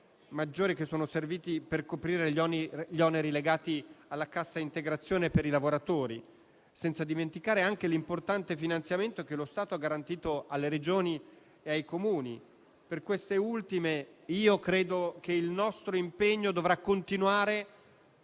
maggiori, che sono serviti a coprire gli oneri legati alla cassa integrazione per i lavoratori; senza dimenticare l'importante finanziamento che lo Stato ha garantito alle Regioni e ai Comuni. Per questi ultimi credo che il nostro impegno dovrà continuare